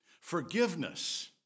forgiveness